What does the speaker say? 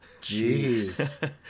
Jeez